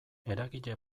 eragile